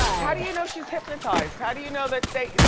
how do you know she's hypnotized? how do you know that they,